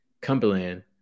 Cumberland